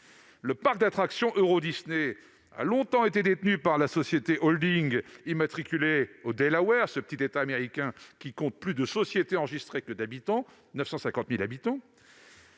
Le parc d'attractions Eurodisney a longtemps été détenu par une société holding immatriculée au Delaware, petit État américain qui compte plus de sociétés enregistrées que d'habitants- ces derniers